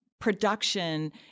production